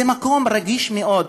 זה מקום רגיש מאוד.